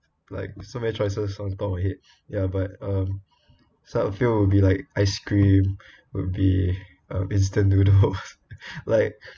like so many choices off the top of my head ya but um some a few will be like ice cream would be uh instant noodles like